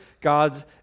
God's